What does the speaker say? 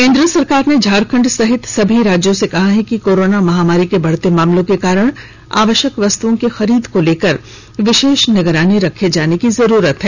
केंद्र सरकार ने झारखंड सहित सभी राज्यों से कहा है कि कोरोना महामारी के बढ़ते मामलों के कारण आवश्यक वस्तुओं की खरीद को लेकर विशेष निगरानी रखे जाने की जरुरत है